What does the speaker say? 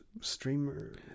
streamer